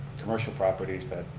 commercial properties that